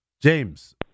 James